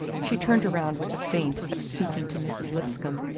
she turned around with a feint of speaking to mrs. lipscomb,